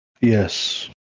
yes